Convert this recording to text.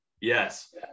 Yes